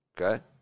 Okay